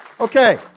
Okay